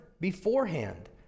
beforehand